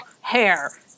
hair